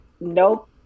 nope